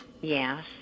Yes